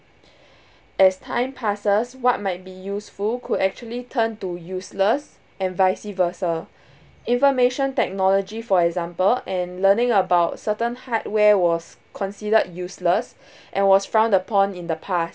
as time passes what might be useful could actually turned to useless and vice versa information technology for example and learning about certain hardware was considered useless and was frowned upon in the past